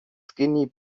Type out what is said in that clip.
skinny